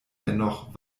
dennoch